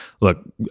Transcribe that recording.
look